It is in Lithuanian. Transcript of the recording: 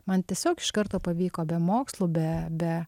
man tiesiog iš karto pavyko be mokslų be be